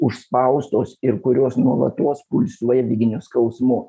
užspaustos ir kuriuos nuolatos pulsuoja vidiniu skausmu